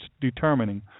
determining